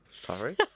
Sorry